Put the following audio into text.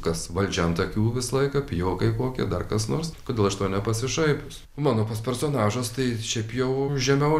kas valdžia ant akių visą laiką pijokai kokie dar kas nors kodėl iš to nepasišaipius mano pats personažas tai šiaip jau žemiau